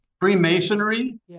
Freemasonry